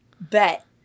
Bet